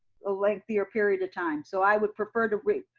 a lengthier period of time. so i would prefer to read,